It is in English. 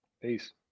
Peace